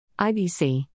IBC